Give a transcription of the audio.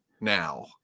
now